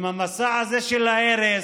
עם המסע הזה של ההרס,